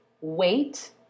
wait